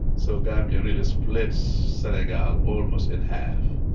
so gambia really splits senegal almost in half.